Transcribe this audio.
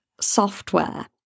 software